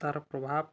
ତା'ର ପ୍ରଭାବ